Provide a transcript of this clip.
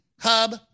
Hub